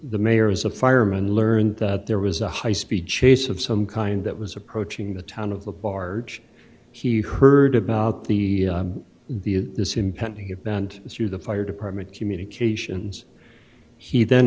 the mayor is a fireman learned that there was a high speed chase of some kind that was approaching the town of the barge he heard about the the this impending event through the fire department communications he then